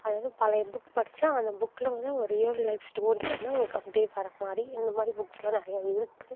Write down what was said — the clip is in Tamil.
அதாவது பழைய புக் படிச்சால் அந்த புக்கில் வந்து அவங்க ரியல் லைஃப் ஸ்டோரி வந்து அவங்களுக்கு அப்டே வர மாதிரி இந்தமாதிரி புக்ஸ்லாம் நிறைய இருக்கு